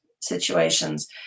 situations